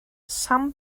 some